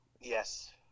Yes